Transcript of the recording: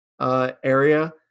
area